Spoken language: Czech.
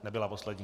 Nebyla poslední.